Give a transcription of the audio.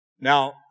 Now